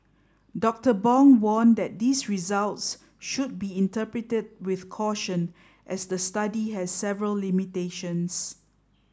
Doctor Bong warned that these results should be interpreted with caution as the study has several limitations